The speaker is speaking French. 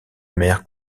mère